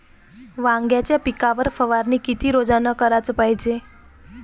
वांग्याच्या पिकावर फवारनी किती रोजानं कराच पायजे?